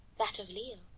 that of leo.